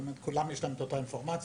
כלומר לכולם יש אותה אינפורמציה.